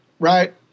Right